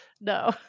no